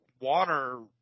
water –